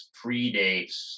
predates